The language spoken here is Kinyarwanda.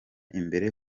imbere